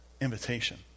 invitation